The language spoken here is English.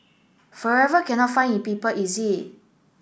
forever cannot find it people is it